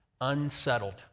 unsettled